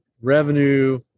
revenue